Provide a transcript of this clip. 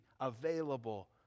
available